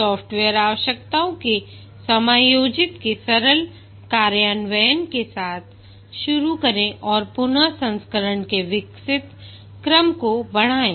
software आवश्यकताओं के समायोजित के सरल कार्यान्वयन के साथ शुरू करें और पुन संस्करण के विकसित क्रम को बढ़ाएँ